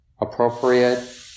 appropriate